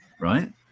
right